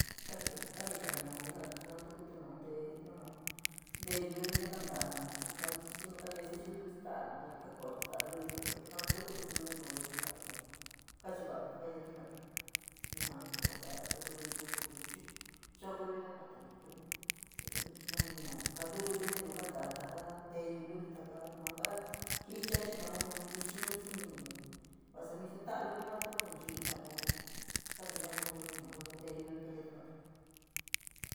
Kajicha kajicha nuutí jena’ati te kantukutí nu naun nteyu luli ntee kantaa nuun xi nu kayee suchi luli kayee staa ka kooyo staa lulii kanastutu kítí lulian kuan koyoti jii, kachuva’ate te cayete jena’atí yua kuu jaa sa’a kítí luliun jena’ate, yua kuutu jaa sa’a kítí luliun jaa kuu choko luli kaa ka’aturi jii kílíun, kítí luliun chii mani nu nukaantukuti nteno kantaa taka nteyu luli, ntaka nuu kaa vi, jicha xii naun vichi luli suni, vasa mismo ta’a luli matí nu ni ji’i ta’atíun te kaatañaatí kuankoyotí yua kaa kuutu nteyu lulití koyeetí jena’atí.